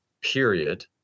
period